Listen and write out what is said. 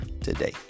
today